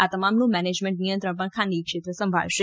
આ તમામનું મેનેજમેન્ટ નિયંત્રણ પણ ખાનગીક્ષેત્ર સંભાળશે